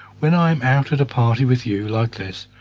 when i am out at a party with you like this,